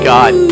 God